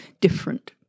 different